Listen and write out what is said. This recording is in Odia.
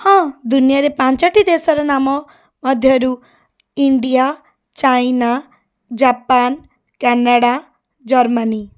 ହଁ ଦୁନିଆରେ ପାଞ୍ଚଟି ଦେଶର ନାମ ମଧ୍ୟରୁ India China Japan Canada Germany